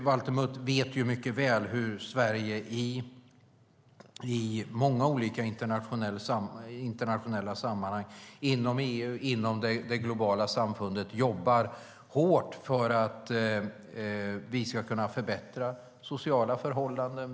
Valter Mutt vet mycket väl hur Sverige i många olika internationella sammanhang inom EU och inom det globala samfundet jobbar hårt för att vi ska kunna förbättra sociala förhållanden.